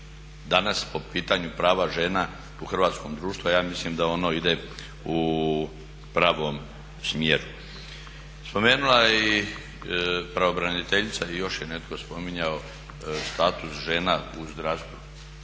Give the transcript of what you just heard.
danas po pitanju prava žena, a ja mislim da ono ide u pravom smjeru. Spomenula je i pravobraniteljica i još je netko spominjao status žena u zdravstvu,